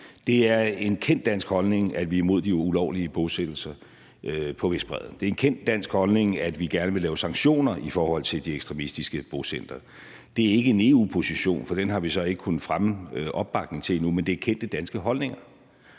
Det er en kendt dansk holdning, at vi er imod de ulovlige bosættelser på Vestbredden. Det er en kendt dansk holdning, at vi gerne vil lave sanktioner i forhold til de ekstremistiske bosættere. Det er ikke en EU-position, for den har vi så ikke kunnet fremme opbakning til endnu, men det er kendte danske holdninger.